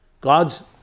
God's